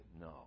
no